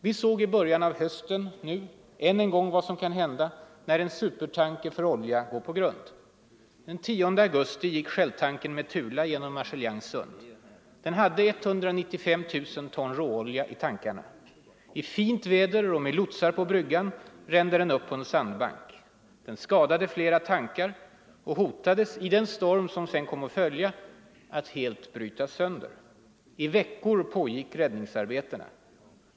Vi såg i början av hösten än en gång vad som kan hända när en supertanker för olja går på grund. Den 10 augusti gick Shelltankern Metula genom Magellans sund. Den hade 195 000 ton råolja i tankarna. I fint väder och med lotsar på bryggan rände den upp på en sandbank. Den skadade flera tankar och hotades i den storm som sedan kom att följa att helt brytas sönder. I veckor pågick räddningsarbetena.